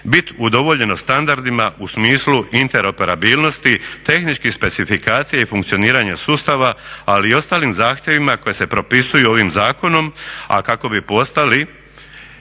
biti udovoljeno standardima u smislu interoperabilnosti, tehničkih specifikacija i funkcioniranja sustava ali i ostalim zahtjevima koji se propisuju ovim zakonom a kako bi postali